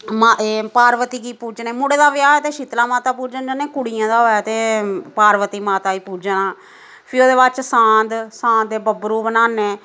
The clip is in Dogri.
पार्वती गी पूजने मुडे़ दा ब्याह् ते शीतला माता पूजन जन्ने ते कुड़ियां दा होऐ ते पार्वती माता ई पूजना फ्ही ओहदे बाद च सांत सांत ते बब्बरू बनाने